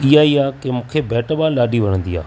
इहा ई आहे कि मूंखे बैट बॉल ॾाढी वणंदी आहे